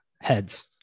heads